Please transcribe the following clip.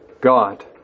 god